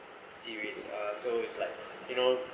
serious ah so it's like you know